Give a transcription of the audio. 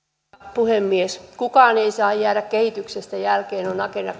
puhemies kukaan ei saa jäädä kehityksestä jälkeen on on agenda